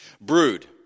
Brood